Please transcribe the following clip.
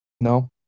No